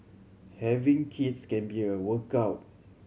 having kids can be a workout